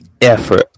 effort